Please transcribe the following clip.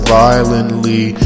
violently